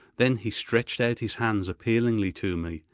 then he stretched out his hands appealingly to me,